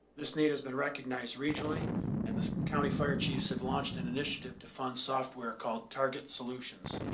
this need has been recognized regionally and this county fire chiefs have launched an initiative to fund software called target solutions.